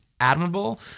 Admirable